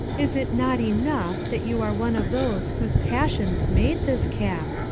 is it not enough that you are one of those whose passions made this cap,